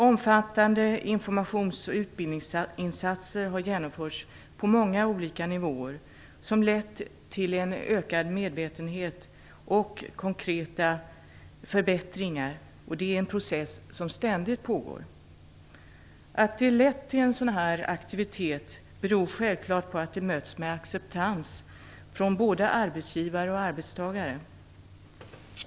Omfattande informations och utbildningsinsatser har genomförts på många olika nivåer, vilka har lett till en ökad medvetenhet och konkreta förbättringar. Det är en process som ständigt pågår. Att det har lett till en sådan aktivitet beror självfallet på att det har mötts med acceptans från både arbetsgivare och arbetstagare.